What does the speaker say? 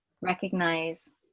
recognize